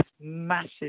massive